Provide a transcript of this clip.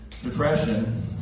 Depression